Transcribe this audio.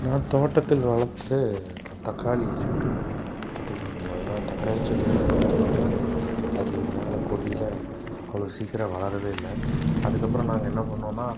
நான் தோட்டத்தில் வளர்த்து இந்த தக்காளி செடி பற்றி சொல்லணும் ஏன்னா தக்காளி செடி பார்த்தீங்கன்னா அது மேலே கொடியில் அவ்வளோ சீக்கிரம் வளரவே இல்லை அதுக்கப்புறம் நாங்கள் என்ன பண்ணோன்னா